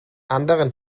anderen